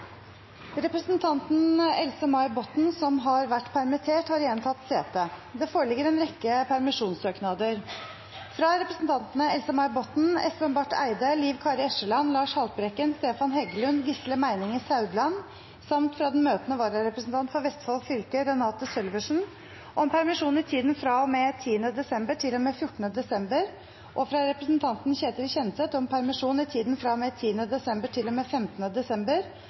Representanten Else-May Botten , som har vært permittert, har igjen tatt sete. Det foreligger en rekke permisjonssøknader: fra representantene Else-May Botten , Espen Barth Eide , Liv Kari Eskeland , Lars Haltbrekken , Stefan Heggelund , Gisle Meininger Saudland , samt fra den møtende vararepresentant for Vestfold Fylke, Renate Sølversen , om permisjon i tiden fra og med 10. desember til og med 14. desember, og fra representanten Ketil Kjenseth om permisjon i tiden